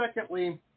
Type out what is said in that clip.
secondly